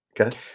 okay